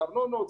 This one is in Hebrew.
הארנונות,